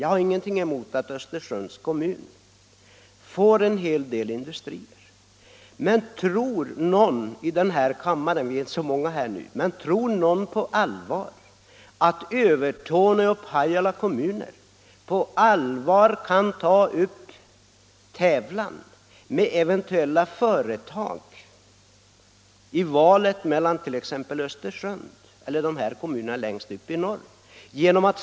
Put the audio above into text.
Jag har ingenting emot att Östersunds kommun får en hel del industrier. Men tror någon av ledamöterna i kammaren — vi är visserligen inte så många här just nu — på allvar att Övertorneå och Pajala kommuner kan ta upp tävlan i frågan om en eventuell etablering om valet står mellan t.ex. Östersund och dessa kommuner längst uppe i norr?